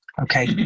okay